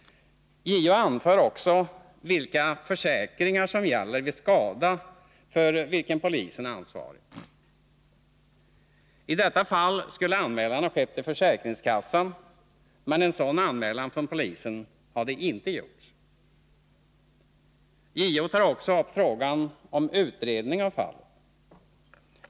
JO anför också vilka försäkringar som gäller vid skada för vilken polisen är ansvarig. I detta fall skulle anmälan ha skett till försäkringskassan, men en sådan anmälan från polisens sida hade inte gjorts. 55 JO tar också upp frågan om utredning av fallet.